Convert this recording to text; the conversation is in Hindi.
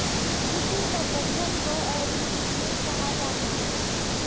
कृषि प्रबंधन को एग्रीबिजनेस कहा जाता है